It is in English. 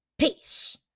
Peace